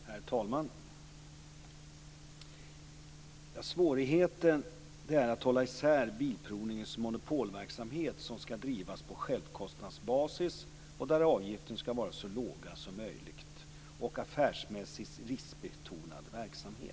Herr talman! Svårigheten är att hålla isär Svensk Bilprovnings monopolverksamhet som skall drivas på självkostnadsbasis och där avgifterna skall vara så låga som möjligt och affärsmässig riskbetonad verksamhet.